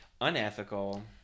Unethical